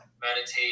meditate